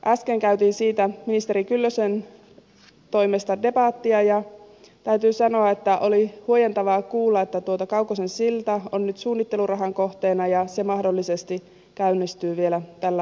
äsken käytiin siitä ministeri kyllösen toimesta debattia ja täytyy sanoa että oli huojentavaa kuulla että kaukosen silta on nyt suunnittelurahan kohteena ja se mahdollisesti käynnistyy vielä tällä hallituskaudella